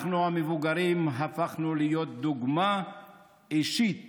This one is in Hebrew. אנחנו המבוגרים הפכנו להיות דוגמה אישית